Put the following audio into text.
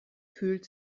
fühlt